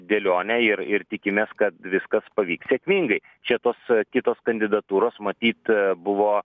dėlionę ir ir tikimės kad viskas pavyks sėkmingai čia tos kitos kandidatūros matyt buvo